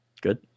Good